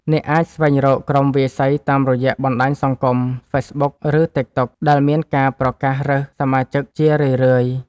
អ្នកអាចស្វែងរកក្រុមវាយសីតាមរយៈបណ្ដាញសង្គម ហ្វេសប៊ុក ឬទិកតុក ដែលមានការប្រកាសរើសសមាជិកជារឿយៗ។